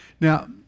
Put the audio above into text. now